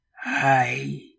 Hi